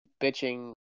bitching